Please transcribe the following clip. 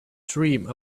dream